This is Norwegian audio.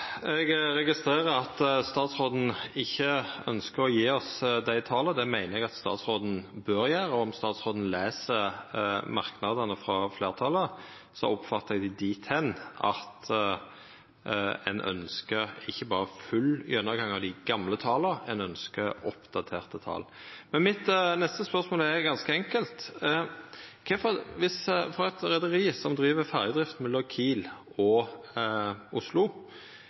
å gje oss dei tala. Det meiner eg at statsråden bør gjera, og om statsråden les merknadene frå fleirtalet, oppfattar eg det dit hen at ein ønskjer ikkje berre full gjennomgang av dei gamle tala, ein ønskjer oppdaterte tal. Mitt neste spørsmål er ganske enkelt: For eit reiarlag som driv ferjedrift mellom Kiel og Oslo,